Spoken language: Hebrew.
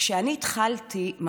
כשאני התחלתי,